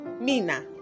Mina